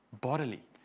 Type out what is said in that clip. bodily